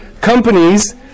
companies